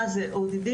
מה זה ODD,